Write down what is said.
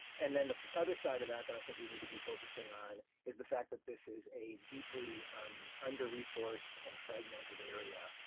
and then the other side of that that i think we need to be focusing on is the fact that this is a deeply under resourced and fred mentioned area.